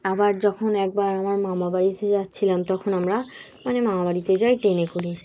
আবার যখন একবার আমার মামার বাড়িতে যাচ্ছিলাম তখন আমরা মানে মামা বাড়িতে যাই ট্রেনে করেই